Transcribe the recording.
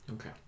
Okay